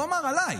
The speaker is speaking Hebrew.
הוא אמר: עליי.